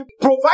Provide